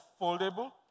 foldable